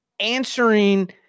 Answering